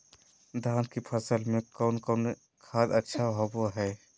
धान की फ़सल में कौन कौन खाद अच्छा होबो हाय?